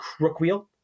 Crookwheel